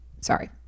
sorry